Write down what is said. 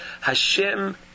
Hashem